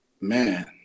man